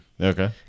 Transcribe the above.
Okay